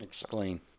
Explain